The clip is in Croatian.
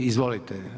Izvolite.